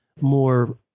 more